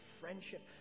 friendship